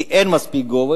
כי אין מספיק גובה,